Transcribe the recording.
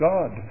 God